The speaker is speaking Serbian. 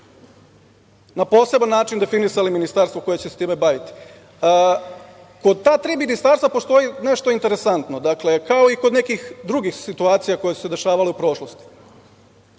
na poseban način definisali ministarstvo koje će se time baviti. Kod ta tri ministarstva postoji nešto interesantno. Dakle, kao i kod nekih drugih situacija koje su se dešavale u prošlosti. Postoji